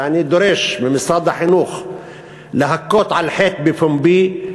ואני דורש ממשרד החינוך להכות על חטא בפומבי,